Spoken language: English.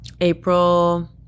April